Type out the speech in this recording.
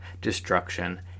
destruction